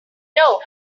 know